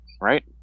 right